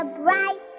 bright